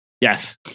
yes